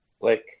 blake